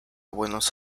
buenos